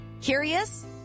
Curious